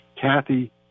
Kathy